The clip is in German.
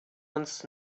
uns